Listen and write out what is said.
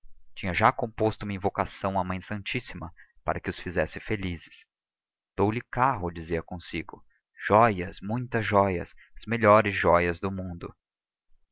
tinha já composto uma invocação à mãe santíssima para que os fizesse felizes dou-lhe carro dizia consigo joias muitas joias as melhores joias do mundo